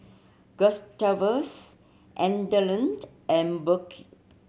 Gustavus Adelard and Burke